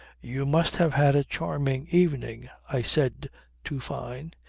you must have had a charming evening, i said to fyne,